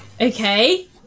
Okay